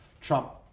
Trump